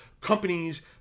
companies